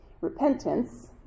Repentance